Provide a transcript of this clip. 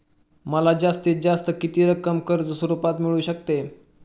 मला जास्तीत जास्त किती रक्कम कर्ज स्वरूपात मिळू शकते?